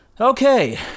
Okay